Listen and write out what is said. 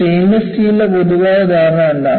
stainless സ്റ്റീലിൻറെ പൊതുവായ ധാരണ എന്താണ്